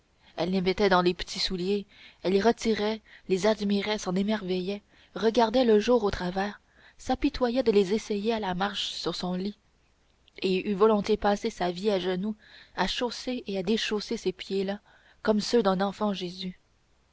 elle les mettait dans les petits souliers les retirait les admirait s'en émerveillait regardait le jour au travers s'apitoyait de les essayer à la marche sur son lit et eût volontiers passé sa vie à genoux à chausser et à déchausser ces pieds là comme ceux d'un enfant jésus